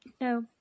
no